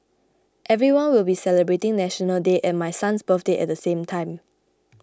everyone will be celebrating National Day and my son's birthday at the same time